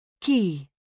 key